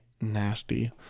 Nasty